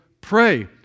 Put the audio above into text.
pray